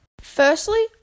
Firstly